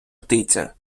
птиця